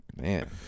man